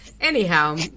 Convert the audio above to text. Anyhow